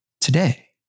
today